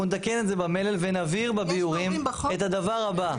אנחנו נתקן את זה במלל ונבהיר בביאורים את הדבר הבא.